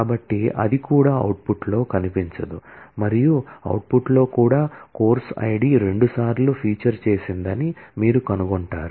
కాబట్టి అది కూడా అవుట్పుట్లో కనిపించదు మరియు అవుట్పుట్లో కూడా కోర్సు ఐడి రెండుసార్లు ఫీచర్ చేసిందని మీరు కనుగొంటారు